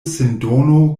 sindono